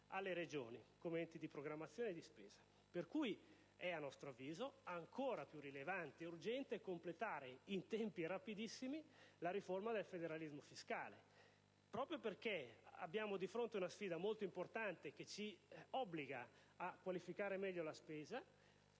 alle Regioni come enti di programmazione e di spesa; pertanto, a nostro avviso, è ancora più rilevante e urgente completare in tempi rapidissimi la riforma del federalismo fiscale, proprio perché abbiamo di fronte una sfida molto importante che ci obbliga a qualificare meglio la spesa